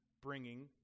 bringing